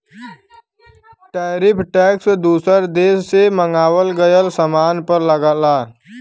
tariff tax दूसर देश से मंगावल गयल सामान पर लगला